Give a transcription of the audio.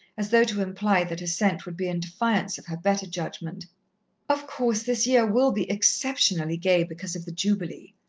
as though to imply that assent would be in defiance of her better judgment of course, this year will be exceptionally gay because of the jubilee.